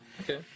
Okay